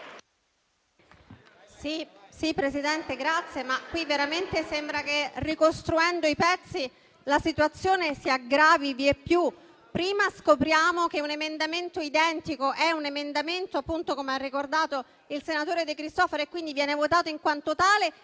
Signora Presidente, qui veramente sembra che, ricostruendo i pezzi, la situazione si aggravi vieppiù. Prima scopriamo che un emendamento identico è un emendamento - come ha appunto ricordato il senatore De Cristofaro - e quindi viene votato in quanto tale;